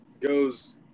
goes